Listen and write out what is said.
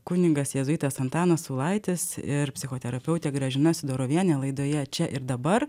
kunigas jėzuitas antanas saulaitis ir psichoterapeutė gražina sidorovienė laidoje čia ir dabar